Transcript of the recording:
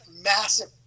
massive